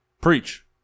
preach